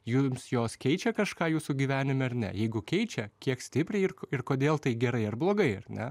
jums jos keičia kažką jūsų gyvenime ar ne jeigu keičia kiek stipriai ir ir kodėl tai gerai ar blogai ar ne